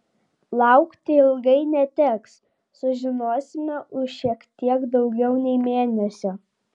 laukti ilgai neteks sužinosime už šiek tiek daugiau nei mėnesio